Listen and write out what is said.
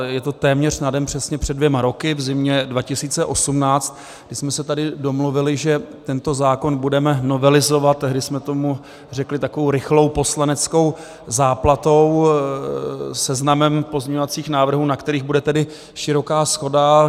Je to téměř na den přesně před dvěma roky, v zimě 2018, kdy jsme se tady domluvili, že tento zákon budeme novelizovat, tehdy jsme tomu řekli takovou rychlou poslaneckou záplatou, seznamem pozměňovacích návrhů, na kterých bude tedy široká shoda.